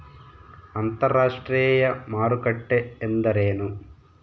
ಅಂತರಾಷ್ಟ್ರೇಯ ಮಾರುಕಟ್ಟೆ ಎಂದರೇನು?